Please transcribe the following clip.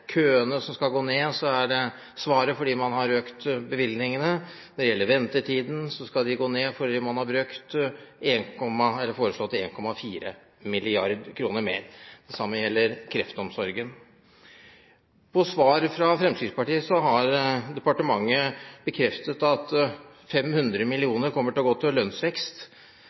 køene som skal gå ned, er det det som er svaret, fordi man har økt bevilgningene. Det gjelder også ventetiden, den skal gå ned fordi man har foreslått 1,4 mrd. kr mer. Det samme gjelder kreftomsorgen – en økning. På spørsmål fra Fremskrittspartiet har departementet bekreftet at 500 mill. kr kommer til å gå til lønnsvekst,